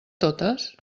totes